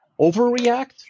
overreact